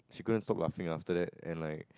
go and took bathing after that and like